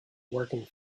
working